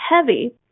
heavy